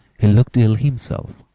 he looked ill himself,